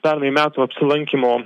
pernai metų apsilankymo